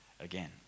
again